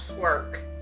work